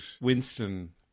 Winston